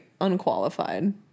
unqualified